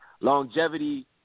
longevity